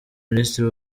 minisitiri